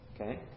Okay